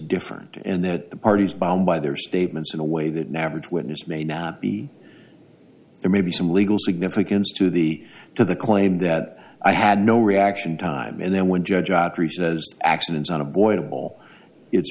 different and that the parties bombed by their statements in a way that navid witness may not be there may be some legal significance to the to the claim that i had no reaction time and then when judge ottery says accidents on avoidable it's